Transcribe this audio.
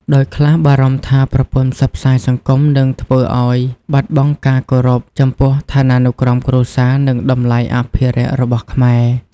ដោយខ្លះបារម្ភថាប្រព័ន្ធផ្សព្វផ្សាយសង្គមនឹងធ្វើឱ្យបាត់បង់ការគោរពចំពោះឋានានុក្រមគ្រួសារ និងតម្លៃអភិរក្សរបស់ខ្មែរ។